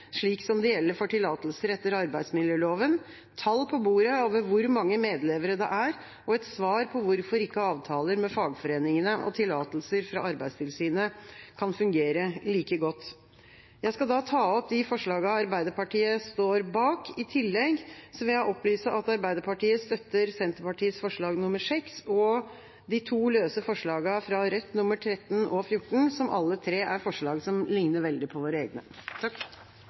for tillatelser etter arbeidsmiljøloven – tall på bordet over hvor mange medlevere det er, og et svar på hvorfor ikke avtaler med fagforeningene og tillatelser fra Arbeidstilsynet kan fungere like godt. Jeg skal ta opp de forslagene Arbeiderpartiet står bak. I tillegg vil jeg opplyse om at Arbeiderpartiet støtter Senterpartiets forslag nr. 6 og de to løse forslagene fra Rødt, nr. 13 og 14, som alle tre er forslag som ligner veldig på våre egne.